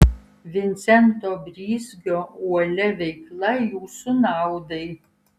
vincento brizgio uolia veikla jūsų naudai